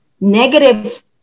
negative